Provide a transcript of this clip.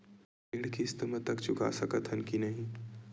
ऋण किस्त मा तक चुका सकत हन कि नहीं?